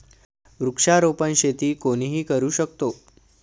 वृक्षारोपण शेती कोणीही करू शकतो